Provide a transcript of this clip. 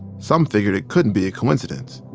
some figured it couldn't be a coincidence